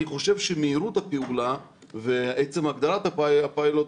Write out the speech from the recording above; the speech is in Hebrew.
אני חושב שמהירות הפעולה ועצם הגדרת הפיילוט,